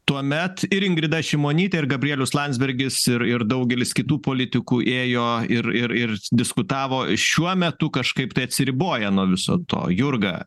tuomet ir ingrida šimonytė ir gabrielius landsbergis ir ir daugelis kitų politikų ėjo ir ir ir diskutavo šiuo metu kažkaip tai atsiriboja nuo viso to jurga